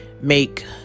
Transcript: make